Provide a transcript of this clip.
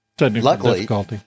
Luckily